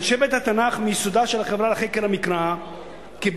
אנשי בית-התנ"ך מיסודה של החברה לחקר המקרא קיבלו